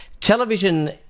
television